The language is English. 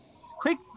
quick